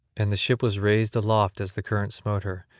and the ship was raised aloft as the current smote her,